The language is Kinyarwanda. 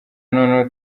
noneho